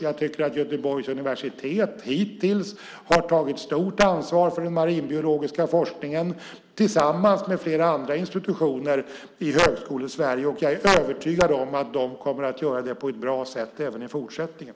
Jag tycker att Göteborgs universitet hittills har tagit stort ansvar för den marinbiologiska forskningen tillsammans med flera andra institutioner i Högskole-Sverige. Jag är övertygad om att de kommer att göra det på ett bra sätt även i fortsättningen.